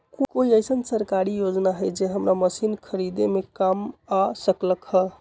कोइ अईसन सरकारी योजना हई जे हमरा मशीन खरीदे में काम आ सकलक ह?